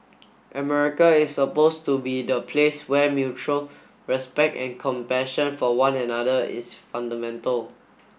America is supposed to be the place where mutual respect and compassion for one another is fundamental